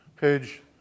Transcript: Page